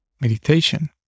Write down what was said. meditation